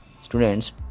students